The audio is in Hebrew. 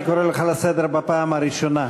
אני קורא אותך לסדר בפעם הראשונה.